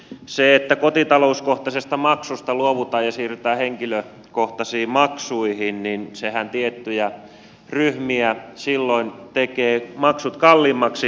se että kotitalouskohtaisesta maksusta luovutaan ja siirrytään henkilökohtaisiin maksuihin tekee tietyille ryhmille maksut kalliimmiksi